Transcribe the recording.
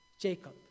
Jacob